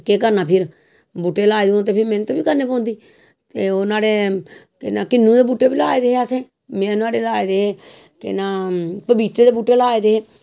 केह् करना फिर बूह्टे लाए दे होन ते फिर मेह्नत बी करनै पौंदी ते ओह् नाह्ड़े केह् नां किन्नू दे बूह्टे बी लाए दे असैं में नाहाड़े लाए दे केह् नां पपीते दे बूह्टे लाए दे